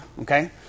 okay